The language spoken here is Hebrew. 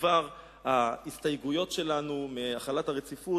ובדבר ההסתייגויות שלנו מהחלת הרציפות,